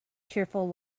cheerful